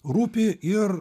rūpi ir